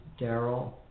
Daryl